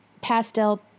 pastel